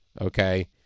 Okay